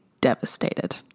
devastated